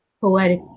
poetic